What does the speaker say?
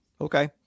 Okay